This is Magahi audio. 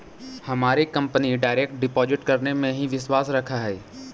हमारी कंपनी डायरेक्ट डिपॉजिट करने में ही विश्वास रखअ हई